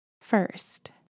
first